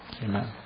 Amen